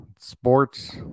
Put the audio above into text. sports